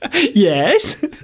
Yes